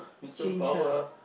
change ah